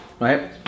right